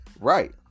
Right